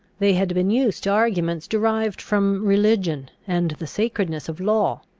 they had been used to arguments derived from religion and the sacredness of law.